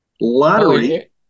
Lottery